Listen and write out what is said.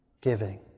Giving